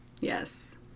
yes